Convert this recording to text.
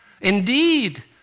indeed